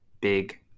big